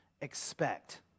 expect